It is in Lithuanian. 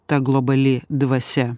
ta globali dvasia